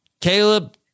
Caleb